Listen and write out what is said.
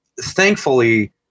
thankfully